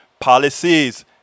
Policies